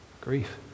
grief